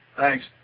Thanks